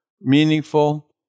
meaningful